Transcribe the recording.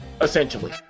essentially